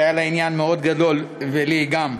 שהיה לה עניין גדול מאוד, ולי גם,